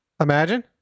Imagine